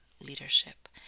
leadership